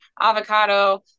avocado